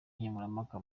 nkemurampaka